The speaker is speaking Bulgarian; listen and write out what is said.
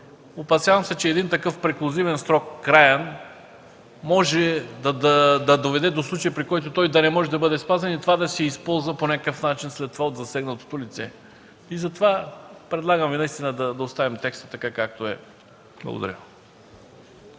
опасявам се, че един такъв краен, преклузивен срок може да доведе до случаи, при които той да не може да бъде спазен и това да се използва по някакъв начин след това от засегнатото лице. Затова предлагам да оставим текста така, както е. Благодаря.